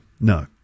no